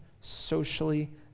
socially